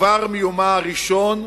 כבר מיומה הראשון,